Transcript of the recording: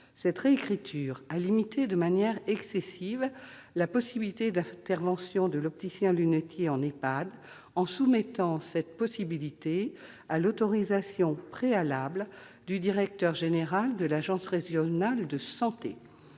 Cette réécriture a limité de manière excessive la possibilité d'intervention de l'opticien-lunetier en EHPAD en soumettant cette possibilité à l'autorisation préalable du directeur général de l'agence régionale de santé.